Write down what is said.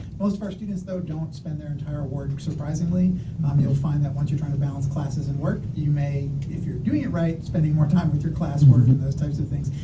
most of our students though don't spend their entire award. surprisingly um you'll find that once you're trying to balance classes and work you may, if you're doing it right, spending more time with your class work than those types of things,